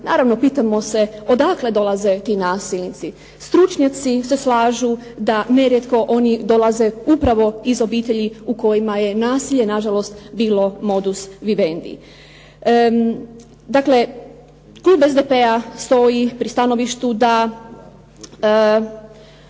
Naravno pitamo se odakle dolaze ti nasilnici? Stručnjaci se slažu da nerijetko oni dolaze upravo iz obitelji u kojima je nasilje na žalost bilo modus vivendi. Dakle klub SDP-a stoji pri stanovištu da